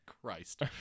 Christ